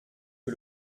que